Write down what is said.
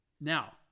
Now